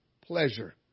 pleasure